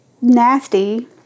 nasty